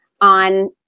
on